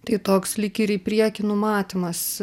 tai toks lyg į priekį numatymas